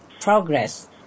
progress